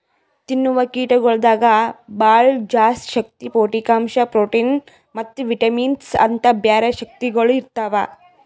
ತಿನ್ನವು ಕೀಟಗೊಳ್ದಾಗ್ ಭಾಳ ಜಾಸ್ತಿ ಶಕ್ತಿ, ಪೌಷ್ಠಿಕಾಂಶ, ಪ್ರೋಟಿನ್ ಮತ್ತ ವಿಟಮಿನ್ಸ್ ಅಂತ್ ಬ್ಯಾರೆ ಶಕ್ತಿಗೊಳ್ ಇರ್ತಾವ್